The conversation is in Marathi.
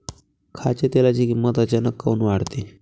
खाच्या तेलाची किमत अचानक काऊन वाढते?